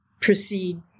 proceed